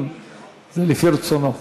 אם זה לפי רצונו.